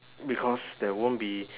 because there won't be